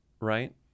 right